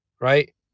right